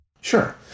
Sure